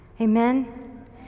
Amen